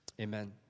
Amen